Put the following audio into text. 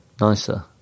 nicer